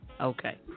okay